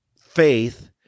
faith